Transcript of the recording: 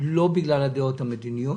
לא בגלל הדעות המדיניות